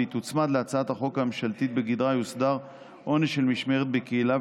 והיא תוצמד להצעת החוק הממשלתית שבגדרה יוסדר עונש של משמרת בקהילה,